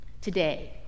today